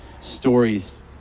stories